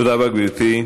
תודה רבה, גברתי.